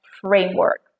framework